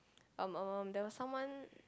um um um there was someone